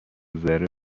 ذره